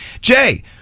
Jay